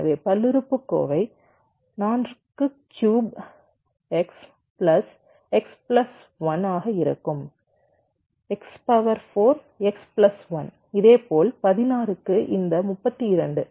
எனவே பல்லுறுப்புக்கோவை 4 க்கு x cube plus x plus 1 ஆக இருக்கும் x 4 x பிளஸ் 1 இதேபோல் 16 க்கு இந்த 32 இது 64